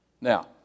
Now